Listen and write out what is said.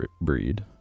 breed